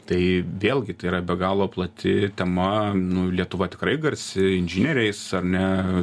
tai vėlgi tai yra be galo plati tema nu lietuva tikrai garsi inžinieriais ar ne